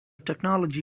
technology